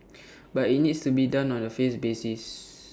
but IT needs to be done on A 'phase' basis